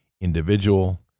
individual